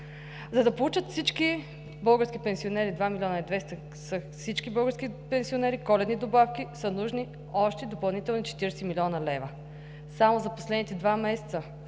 За да получат всички български пенсионери коледни добавки са нужни още допълнителни 40 млн. лв. Само за последните два месеца